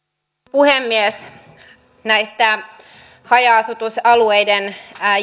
puhemies haja asutusalueiden